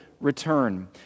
return